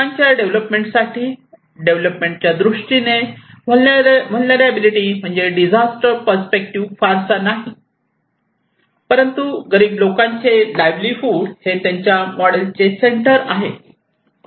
लोकांच्या डेव्हलपमेंट साठी डेव्हलपमेंटच्या दृष्टीने व्हलनेरलॅबीलीटी म्हणजे डिझास्टर पर्स्पेक्टिव्ह फारसा नाही परंतु गरीब लोकांचे लाईव्हलीहूड हे त्यांच्या मॉडेलचे सेंटर आहे